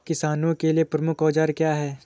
किसानों के लिए प्रमुख औजार क्या हैं?